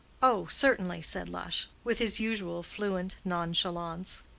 oh, certainly, said lush, with his usual fluent nonchalance.